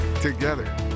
Together